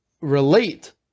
relate